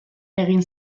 egin